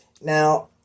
Now